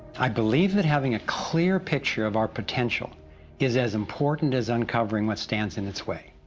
i believe that having a clear picture of our potential is as important as uncovering what stands in its way.